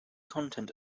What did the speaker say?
content